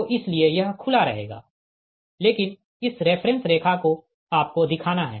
तो इसीलिए यह खुला रहेगा लेकिन इस रेफ़रेंस रेखा को आपको दिखाना है